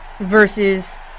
versus